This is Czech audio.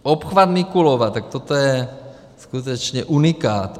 Obchvat Mikulova tak toto je skutečně unikát.